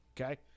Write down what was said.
Okay